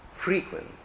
Frequent